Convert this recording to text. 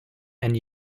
and